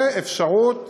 ואפשרות